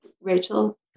Rachel